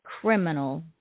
criminal